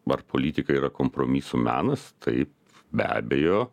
ar politika yra kompromisų menas taip be abejo